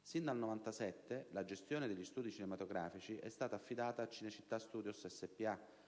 Sin dal 1997 la gestione degli studi cinematografici è stata affidata a Cinecittà Studios SpA